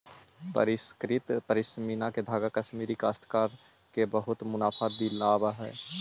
परिष्कृत पशमीना के धागा कश्मीरी काश्तकार के बहुत मुनाफा दिलावऽ हई